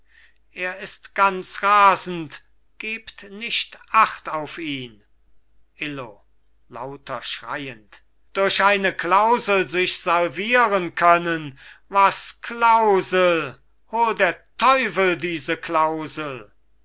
er ist ganz rasend gebt nicht acht auf ihn illo lauter schreiend durch eine klausel sich salvieren können was klausel hol der teufel diese klausel